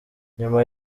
nyuma